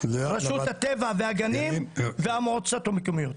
רשות הטבע והגנים והמועצות המקומיות.